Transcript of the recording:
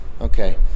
Okay